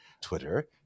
Twitter